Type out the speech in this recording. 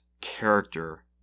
character